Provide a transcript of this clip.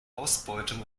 ausbeutung